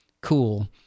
cool